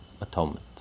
atonement